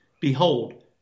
behold